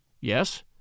Yes